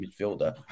midfielder